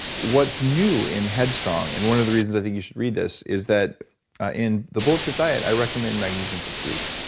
what's new in head strong, and one of the reasons i think you should read this, is that in the bulletproof diet i recommend magnesium for sleep.